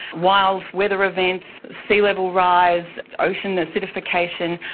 wild weather events, sea level rise, ocean acidification,